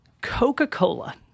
Coca-Cola